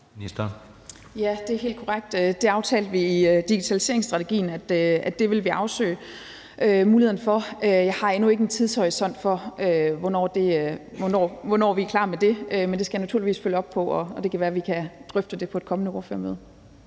Det er helt korrekt, at vi i digitaliseringsstrategien aftalte, at vi ville afsøge muligheden for det. Jeg har endnu ikke en tidshorisont for, hvornår vi er klar med det. Men det skal jeg naturligvis følge op på, og det kan være, vi kan drøfte det på et kommende ordførermøde.